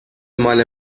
مال